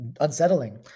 unsettling